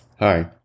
Hi